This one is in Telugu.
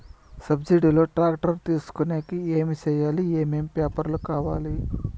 సబ్సిడి లో టాక్టర్ తీసుకొనేకి ఏమి చేయాలి? ఏమేమి పేపర్లు కావాలి?